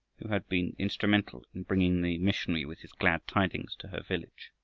who had been instrumental in bringing the missionary with his glad tidings to her village.